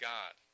God